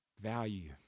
Value